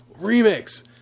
Remix